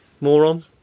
moron